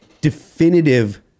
definitive